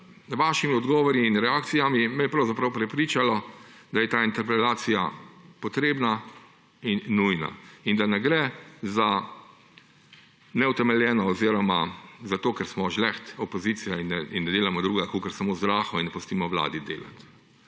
vašimi odgovori in reakcijami, me je pravzaprav prepričalo, da je ta interpelacija potrebna in nujna. In da ne gre za neutemeljeno oziroma ker smo žleht opozicija in da ne delamo drugega kot samo zdraho in ne pustimo vladi delati.